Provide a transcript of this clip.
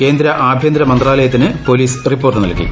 കേന്ദ്ര ആഭ്യന്തര മന്ത്രാലയത്തിന് പൊലീസ് റിപ്പോർട്ട് നൽകി